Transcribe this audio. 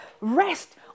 rest